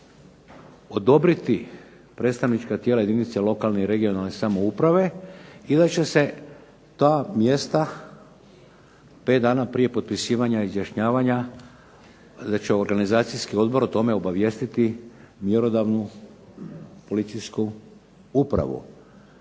odobriti predstavnička tijela jedinice lokalne uprave i samouprave i da će se ta mjesta 5 dana prije potpisivanja izjašnjavanja, da će organizacijski odbor o tome obavijestiti mjerodavnu policijsku upravu.